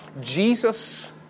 Jesus